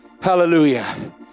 Hallelujah